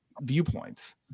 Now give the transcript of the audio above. viewpoints